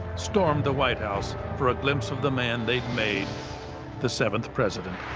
stormed the white house for a glimpse of the man they'd made the seventh president.